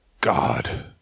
God